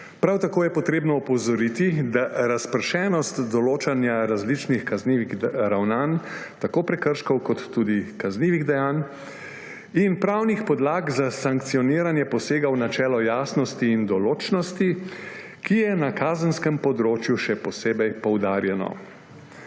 Prav tako je potrebno opozoriti na razpršenost določanja različnih kaznivih ravnanj, tako prekrškov kot tudi kaznivih dejanj, in pravnih podlag za sankcioniranje posega v načelo jasnosti in določnosti, ki je na kazenskem področju še posebej poudarjeno.